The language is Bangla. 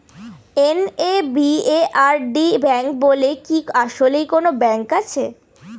এন.এ.বি.এ.আর.ডি ব্যাংক বলে কি আসলেই কোনো ব্যাংক আছে?